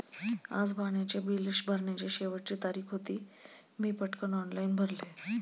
आज पाण्याचे बिल भरण्याची शेवटची तारीख होती, मी पटकन ऑनलाइन भरले